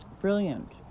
brilliant